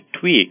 tweak